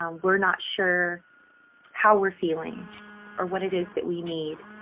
um we're not sure how we're feeling or what it is that we need.